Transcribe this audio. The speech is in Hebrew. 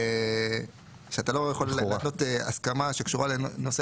שאתה לא יכול להתנות הסכמה שקשורה לנושא